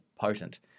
potent